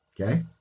okay